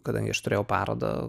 kadangi aš turėjau parodą